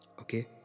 Okay